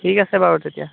ঠিক আছে বাৰু তেতিয়া